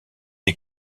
des